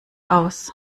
aus